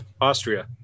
Austria